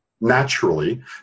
naturally